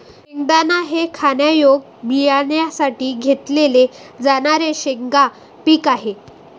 शेंगदाणा हे खाण्यायोग्य बियाण्यांसाठी घेतले जाणारे शेंगा पीक आहे